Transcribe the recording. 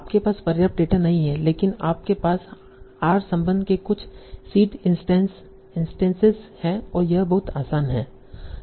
आपके पास पर्याप्त डेटा नहीं है लेकिन आपके पास r संबंध के कुछ सीड इंस्टैंस हैं और यह बहुत आसान है